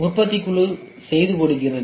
உற்பத்தி குழு உற்பத்தி செய்து கொடுக்கிறது